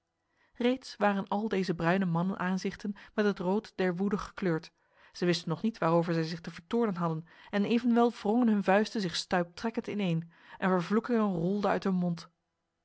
reeds waren al deze bruine mannenaanzichten met het rood der woede gekleurd zij wisten nog niet waarover zij zich te vertoornen hadden en evenwel wrongen hun vuisten zich stuiptrekkend ineen en vervloekingen rolden uit hun mond